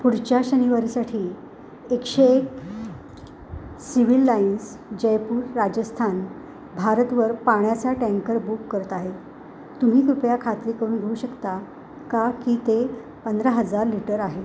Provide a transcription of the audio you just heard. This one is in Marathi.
पुढच्या शनिवारीसाठी एकशे एक सिव्हिल लाईन्स जयपूर राजस्थान भारतवर पाण्याचा टँकर बुक करत आहे तुम्ही कृपया खात्री करून घेऊ शकता का की ते पंधरा हजार लिटर आहे